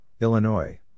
Illinois